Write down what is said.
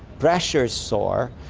pressures soar,